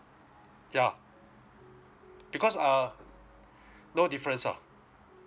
yeah because uh no difference ah